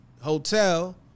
hotel